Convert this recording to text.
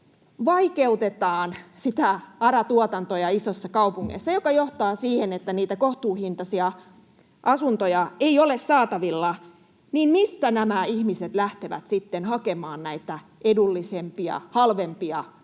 vaikeutetaan ARA-tuotantoa isoissa kaupungeissa, mikä johtaa siihen, että niitä kohtuuhintaisia asuntoja ei ole saatavilla, niin mistä nämä ihmiset lähtevät sitten hakemaan näitä edullisempia, halvempia asuntoja,